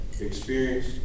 experience